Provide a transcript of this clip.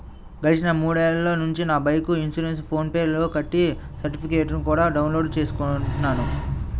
గడిచిన మూడేళ్ళ నుంచి నా బైకు ఇన్సురెన్సుని ఫోన్ పే లో కట్టి సర్టిఫికెట్టుని కూడా డౌన్ లోడు చేసుకుంటున్నాను